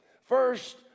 First